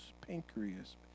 pancreas